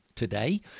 Today